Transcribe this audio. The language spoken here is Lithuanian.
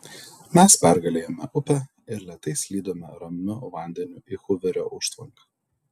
mes pergalėjome upę ir lėtai slydome ramiu vandeniu į huverio užtvanką